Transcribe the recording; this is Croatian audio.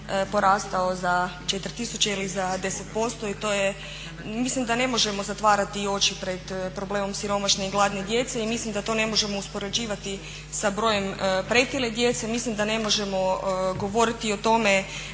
za 4 tisuće ili za 10%? I to je, mislim da ne možemo zatvarati oči pred problemom siromašne i gladne djece i mislim da to ne možemo uspoređivati sa brojem pretile djece. Mislim da ne možemo govoriti o tome